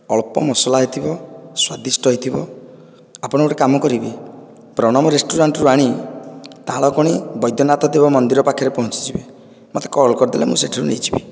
ଅଳ୍ପ ମସଲା ହୋଇଥିବ ସ୍ୱାଦିଷ୍ଟ ହୋଇଥିବ ଆପଣ ଗୋଟିଏ କାମ କରିବେ ପ୍ରଣବ ରେଷ୍ଟୁରାଣ୍ଟରୁ ଆଣି ତାଳକଣି ବୈଦ୍ୟନାଥ ଦେବ ମନ୍ଦିର ପାଖରେ ପହଞ୍ଚିଯିବେ ମୋତେ କଲ କରିଦେଲେ ମୁଁ ସେଠାରୁ ନେଇଯିବି